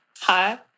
Hi